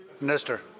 Minister